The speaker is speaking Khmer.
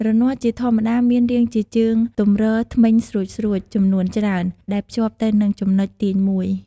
រនាស់ ជាធម្មតាមានរាងជាជើងទម្រធ្មេញស្រួចៗ ចំនួនច្រើន ដែលភ្ជាប់ទៅនឹងចំណុចទាញមួយ។